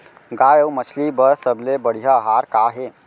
गाय अऊ मछली बर सबले बढ़िया आहार का हे?